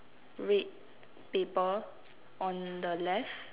red paper on the left